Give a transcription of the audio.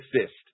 assist